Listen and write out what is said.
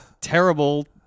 terrible